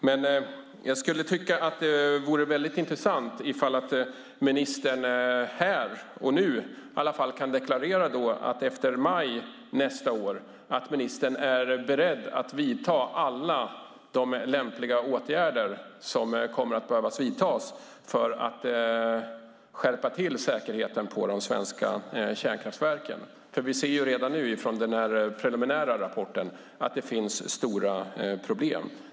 Men jag skulle tycka att det vore väldigt intressant om ministern här och nu kunde deklarera att efter maj nästa år är ministern beredd att vidta alla de lämpliga åtgärder som kommer att behöva vidtas för att skärpa säkerheten på de svenska kärnkraftverken. Vi ser redan nu i den preliminära rapporten att det finns stora problem.